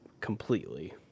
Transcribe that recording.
completely